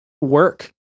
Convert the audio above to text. work